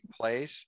place